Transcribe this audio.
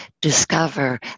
discover